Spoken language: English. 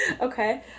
Okay